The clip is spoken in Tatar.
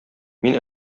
мин